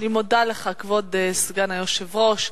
אני מודה לך, כבוד סגן היושב-ראש.